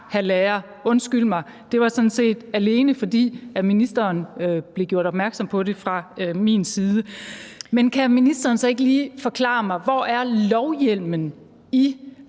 hr. lærer, undskyld mig, det var sådan set alene, fordi ministeren blev gjort opmærksom på det fra min side! Men kan ministeren så ikke lige forklare mig, hvor lovhjemmelen i